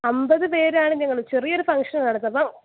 അമ്പത് പേരാണ് ഞങ്ങൾ ചെറിയൊരു ഫംഗ്ഷൻ ആണ് നടത്ത് അപ്പം